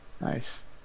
Nice